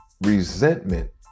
resentment